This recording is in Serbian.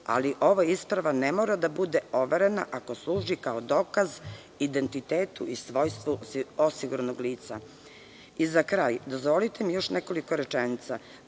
ali ova isprava ne mora da bude overena ako služi kao dokaz identitetu i svojstvu osiguranog lica. I za kraj dozvolite da mi još nekoliko rečenica. Predlog